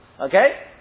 Okay